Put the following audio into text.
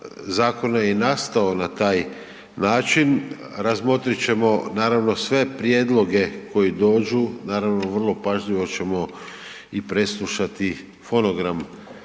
zakona je i nastao na taj način, razmotrit ćemo naravno sve prijedloge koji dođu naravno vrlo pažljivo ćemo i preslušati fonogram